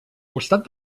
costat